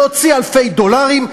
להוציא אלפי דולרים,